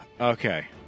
okay